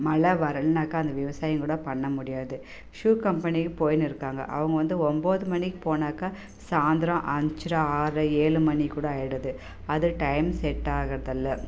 மழை வரலனாக்கா அந்த விவசாயம் கூட பண்ண முடியாது ஷூ கம்பெனிக்கு போய்ன்னு இருக்காங்க அவங்க வந்து ஒம்போது மணிக்கு போனாக்கா சாயந்தரம் அஞ்சரை ஆறர ஏழு மணிக்கூட ஆகிடுது அது டைம் செட் ஆகுறதில்லை